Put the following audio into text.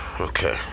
okay